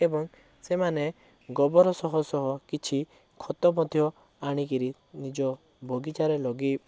ଏବଂ ସେମାନେ ଗୋବର ସହ ସହ କିଛି ଖତ ମଧ୍ୟ ଆଣିକିରି ନିଜ ବଗିଚାରେ ଲଗାଇ